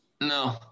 No